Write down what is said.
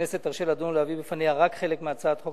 שהכנסת תרשה לדון ולהביא בפניה רק חלק מהצעת חוק